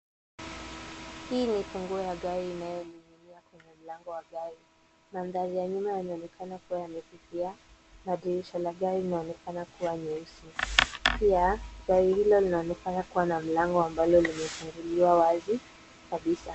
Hii ni funguo ya gari inayoning'inia kwenye mlango wa gari. Mandhari ya nyuma yanaonekana kuwa yamefifia na dirisha la gari linaonekana kuwa nyeusi. Pia gari hilo linaonekana kuwa na mlango ambalo limefunguliwa wazi kabisa.